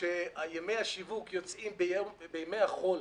שימי השיווק יוצאים בחול